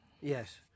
Yes